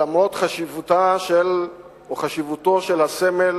למרות חשיבותו של הסמל